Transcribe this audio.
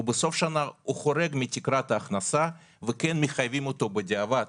ובסוף השנה הוא חורג מתקרת ההכנסה וכן מחייבים אותו בדיעבד